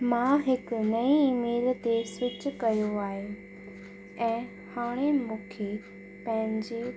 मां हिकु नई ईमेल ते स्विच कयो आहे ऐं हाणे मूंखे पंहिंजे